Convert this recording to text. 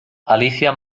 alicia